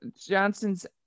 johnson's